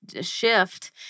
shift